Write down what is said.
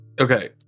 Okay